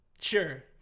Sure